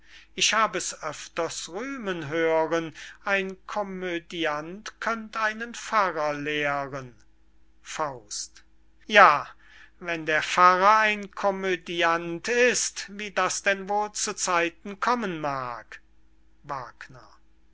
ich hab es öfters rühmen hören ein komödiant könnt einen pfarrer lehren ja wenn der pfarrer ein komödiant ist wie das denn wohl zu zeiten kommen mag